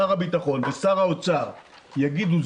שר הביטחון ושר האוצר יגידו,